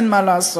אין מה לעשות.